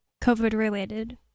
COVID-related